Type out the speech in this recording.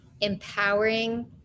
Empowering